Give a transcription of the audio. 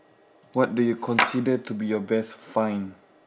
what do you consider to be your best find